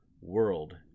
World